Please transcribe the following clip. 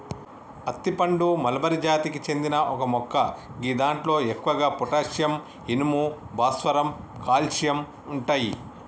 అత్తి పండు మల్బరి జాతికి చెందిన ఒక మొక్క గిదాంట్లో ఎక్కువగా పొటాషియం, ఇనుము, భాస్వరం, కాల్షియం ఉంటయి